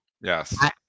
Yes